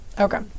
Okay